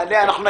אנחנו נגיע,